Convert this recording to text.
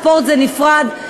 והספורט נפרד.